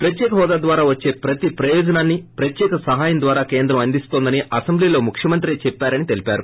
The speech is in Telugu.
ప్రత్యేక హోదా ద్వారా వచ్చే ప్రతి ప్రయాజనాన్ని ప్రత్యేక సాయం ద్వారా కేంద్రం అందిస్తుందని అసెంబ్లీలో ముఖ్యమంత్రి చెప్పారని తెలిపారు